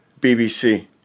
BBC